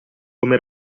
come